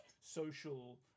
social